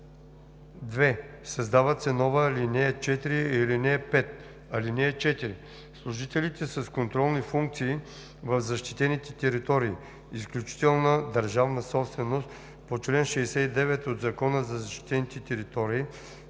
2. Създават се нова ал. 4 и ал. 5: „(4) Служителите с контролни функции в защитените територии – изключителна държавна собственост по чл. 69 от Закона за защитените територии,